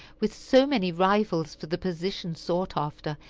with so many rivals for the position sought after,